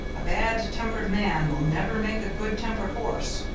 a bad-tempered man will never make a good-tempered horse.